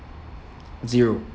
zero